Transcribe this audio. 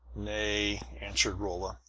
nay, answered rolla,